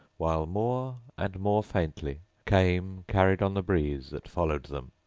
while more and more faintly came, carried on the breeze that followed them,